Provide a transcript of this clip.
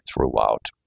throughout